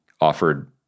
offered